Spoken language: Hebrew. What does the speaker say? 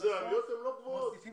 העליות לא גבוהות.